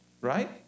Right